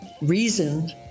reason